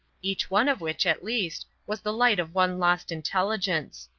each one of which, at least, was the light of one lost intelligence.